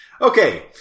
Okay